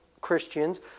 Christians